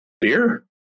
beer